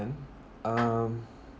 ~an um